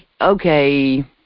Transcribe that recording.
okay